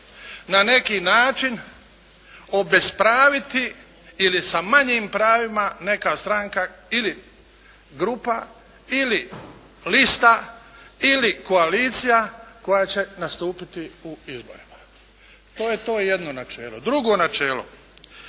na neki način obespraviti ili sa manjim pravila neka stranka ili grupa ili lista ili koalicija koja će nastupiti u izborima. To je to jedno načelo. Drugo načelo,